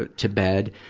ah to bed.